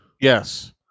Yes